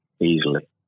easily